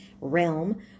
realm